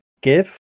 give